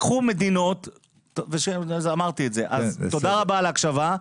תודה רבה על ההקשבה.